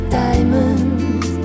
diamonds